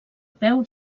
peu